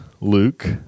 Luke